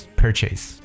purchase